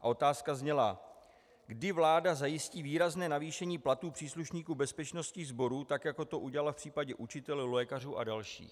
Otázka zněla, kdy vláda zajistí výrazné zvýšení platů příslušníků bezpečnostních sborů, tak jak to udělala v případě učitelů, lékařů, a dalších.